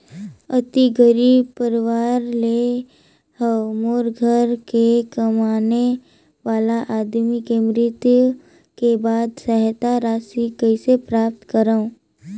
अति गरीब परवार ले हवं मोर घर के कमाने वाला आदमी के मृत्यु के बाद सहायता राशि कइसे प्राप्त करव?